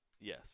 Yes